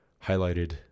highlighted